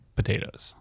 potatoes